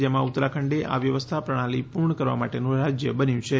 જેમાં ઉત્તરાખંડએ આ વ્યવસ્થા પ્રણાલી પૂર્ણ કરવા માટેનું રાજ્ય બન્યું છે